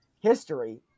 history